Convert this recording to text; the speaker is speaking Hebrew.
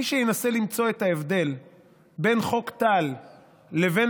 מי שינסה למצוא את ההבדל בין חוק טל לבין